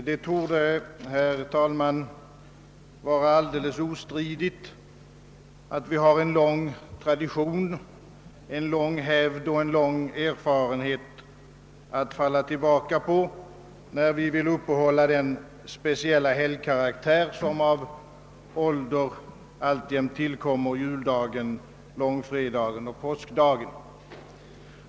Herr talman! Det torde vara alldeles ostridigt att vi har en lång tradition, en lång hävd och en lång erfarenhet att falla tillbaka på, när vi vill uppehålla den speciella helgkaraktär som av ålder alltjämt tillkommer juldagen, långfredagen och påskdagen.